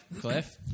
Cliff